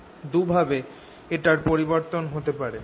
দু ভাবে এটার পরিবর্তন হতে পারে